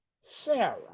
sarah